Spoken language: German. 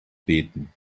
beten